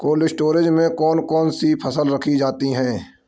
Cold storage में कौन कौन सी फसलें रखी जाती हैं?